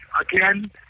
Again